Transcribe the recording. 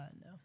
No